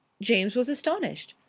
james was astonished.